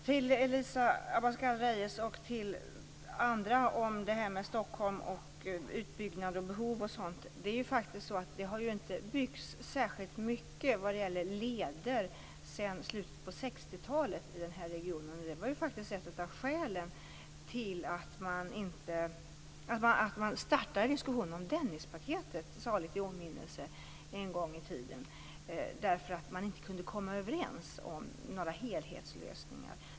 Fru talman! Till Elisa Abascal Reyes och till andra om detta med Stockholm, utbyggnad och behov: Det har faktiskt inte byggts särskilt mycket när det gäller leder sedan slutet av 60-talet i den här regionen. Det var ett av skälen till att man startade diskussionen om Dennispaketet en gång i tiden. Man kunde inte komma överens om några helhetslösningar.